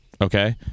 okay